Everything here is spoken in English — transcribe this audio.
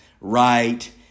right